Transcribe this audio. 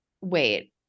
Wait